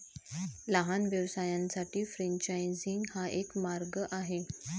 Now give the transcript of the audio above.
लहान व्यवसायांसाठी फ्रेंचायझिंग हा एक मार्ग आहे